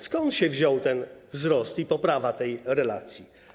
Skąd się wziął ten wzrost i poprawa relacji?